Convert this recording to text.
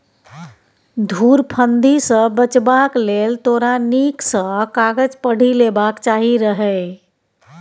धुरफंदी सँ बचबाक लेल तोरा नीक सँ कागज पढ़ि लेबाक चाही रहय